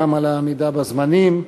גם על העמידה בזמנים.